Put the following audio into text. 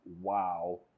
wow